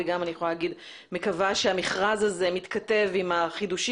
ואני יכולה לומר שאני מקווה שהמכרז הזה מתכתב עם החידושים